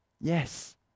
Yes